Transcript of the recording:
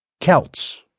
Celts